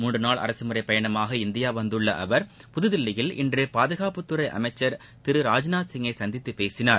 மூன்று நாள் அரசமுறை பயணமாக இந்தியா வந்துள்ள அவர் புததில்லியில் இன்று பாதகாப்புத்துறை அமைச்சர் திரு ராஜ்நாத் சிங்கை சந்தித்து பேசினார்